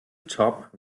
top